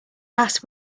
last